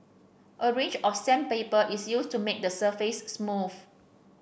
a range of sandpaper is used to make the surface smooth